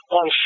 on